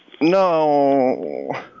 No